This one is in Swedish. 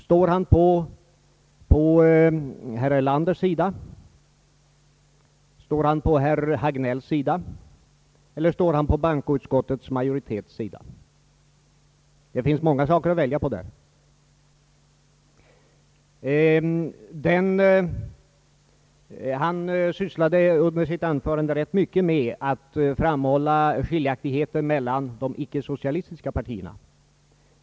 Står han på herr Erlanders sida, står han på herr Hagnells sida eller står han på bankoutskottets majoritets sida? Det finns många saker att välja på i detta fall. Herr Palm sysslade under sitt anförande ganska mycket med att framhålla skiljaktigheter mellan de icke-socialistiska partierna.